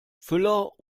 füller